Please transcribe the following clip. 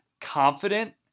confident